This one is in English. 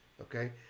okay